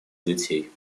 детей